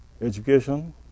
education